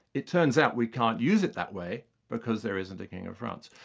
it turns out we can't use it that way because there isn't a king of france.